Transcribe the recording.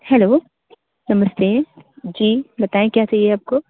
hello नमस्ते जी बताएँ क्या चाहिए आपको